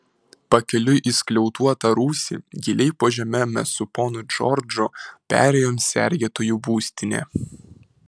pakeliui į skliautuotą rūsį giliai po žeme mes su ponu džordžu perėjom sergėtojų būstinę